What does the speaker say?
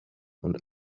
und